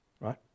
right